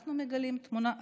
אנחנו מגלים תמונה אחרת,